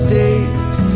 days